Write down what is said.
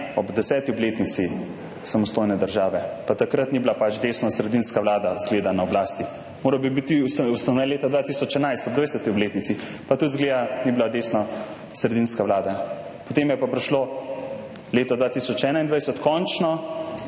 ob 10. obletnici samostojne države, pa takrat pač ni bila desnosredinska vlada, izgleda, na oblasti. Moral bi biti ustanovljen leta 2011 ob 20. obletnici, pa tudi, izgleda, ni bila desnosredinska vlada. Potem je pa prišlo leto 2021, končno